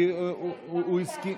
כי הוא הסכים